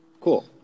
Cool